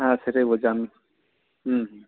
হ্যাঁ সেটাই বলছি আমি হুম হুম